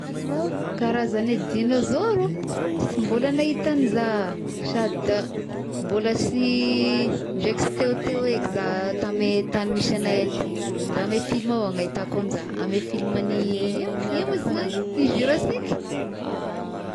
Karazagne dinôzôro oh, sy mbola nahita anza, sady da mbola sy ndraiky sy teoteo eky zah tamy eh tagny misy agnay aty, da amy film ao ahitako za, amy film an'i, ia ia mo zy nagny i jurasic.